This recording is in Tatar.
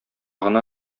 гына